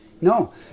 No